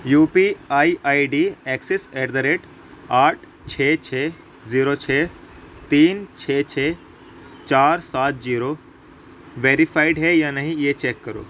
you P I I D axis at the rate آٹھ چھ چھ زیرو چھ تین چھ چھ چار سات زیرو ویریفائڈ ہے یا نہیں یہ چیک کرو